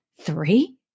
three